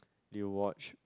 you watch